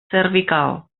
cervical